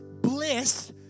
bliss